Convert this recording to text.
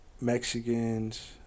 Mexicans